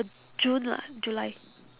june lah july